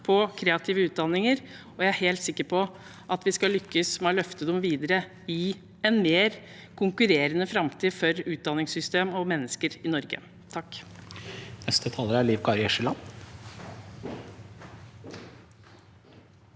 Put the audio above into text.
på kreative utdanninger, og jeg er helt sikker på at vi skal lykkes med å løfte dem videre i en mer konkurrerende framtid for både utdanningssystem og mennesker i Norge. Liv Kari Eskeland